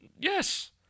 Yes